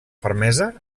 fermesa